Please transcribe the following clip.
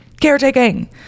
caretaking